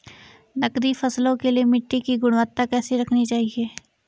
नकदी फसलों के लिए मिट्टी की गुणवत्ता कैसी रखनी चाहिए?